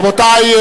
רבותי,